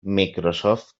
microsoft